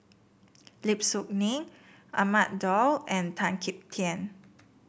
Lim Soo Ngee Ahmad Daud and Tan Kim Tian